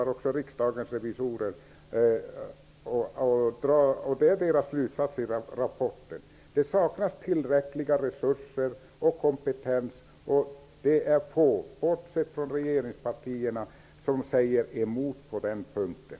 Jag tycker som Riksdagens revisorer -- och detta är också deras slutsats i nämnda rapport -- nämligen att tillräckliga resurser och kompetens saknas. Bortsett från regeringspartierna är det få som säger emot på den punkten.